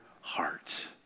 heart